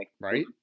Right